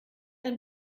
ein